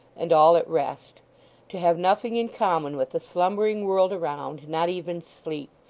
and all at rest to have nothing in common with the slumbering world around, not even sleep,